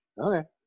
Okay